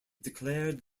declared